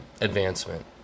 advancement